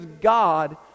God